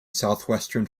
southwestern